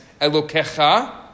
Elokecha